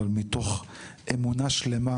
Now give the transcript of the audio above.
אבל מתוך אמונה שלמה